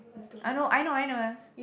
I know I know I know ya